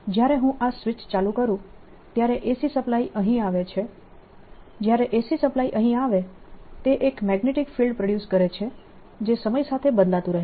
જ્યારે હું આ સ્વિચ ચાલુ કરું ત્યારે AC સપ્લાય અહીં આવે છે જ્યારે AC સપ્લાય અહીં આવે તે એક મેગ્નેટીક ફિલ્ડ પ્રોડ્યુસ કરે છે જે સમય સાથે બદલાતું રહે છે